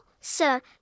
sir